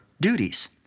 duties